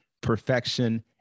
perfection